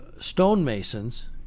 stonemasons